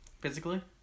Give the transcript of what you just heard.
physically